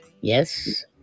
Yes